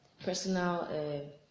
personal